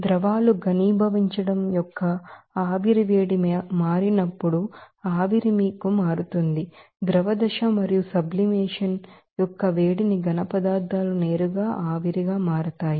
liquid లు ఘనీభవించడం యొక్క ఆవిరి వేడిగా మారినప్పుడు ఆవిరి మీకు మారుతుంది ద్రవ దశ మరియు సబ్లిమేషన్ యొక్క వేడిమి సాలిడ్ పదార్థాలు నేరుగా ఆవిరిగా మారతాయి